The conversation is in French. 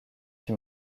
qui